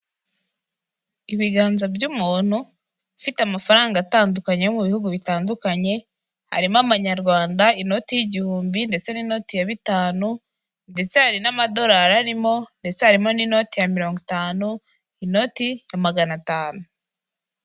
Ibiganza by'umuntu, ufite amafaranga atandukanye yo mu bihugu bitandukanye, harimo amanyarwanda inoti y'igihumbi ndetse n'inoti ya bitanu ndetse hari n'amadolari arimo ndetse harimo n'inoti mirongo itanu, inoti ya magana atanu.